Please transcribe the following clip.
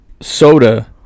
Soda